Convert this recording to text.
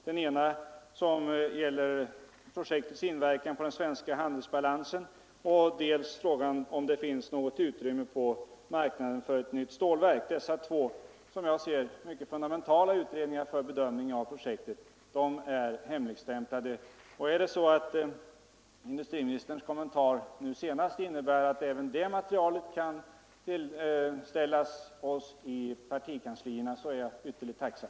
Den ena gäller projektets inverkan på den svenska handelsbalansen, och den andra handlar om utrymmet på marknaden för ett nytt stålverks produkter. Dessa två utredningar, som jag betraktar som fundamentala för bedömningen av projektet, är hemligstämplade. Och är det så att industriministerns kommentar nu senast innebär att även det materialet kan ställas till förfogande för oss i de olika riksdagsgrupperna är jag naturligtvis tacksam.